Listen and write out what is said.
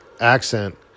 accent